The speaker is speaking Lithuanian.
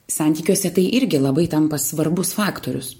santykiuose tai irgi labai tampa svarbus faktorius